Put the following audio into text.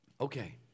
Okay